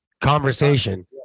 conversation